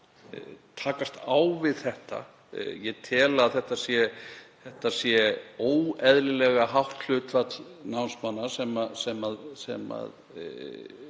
takast á við þetta. Ég tel að það sé óeðlilega hátt hlutfall námsmanna sem